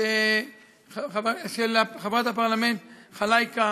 שחברת הפרלמנט חלאיקה